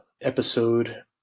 episode